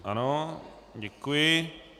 Ano, děkuji.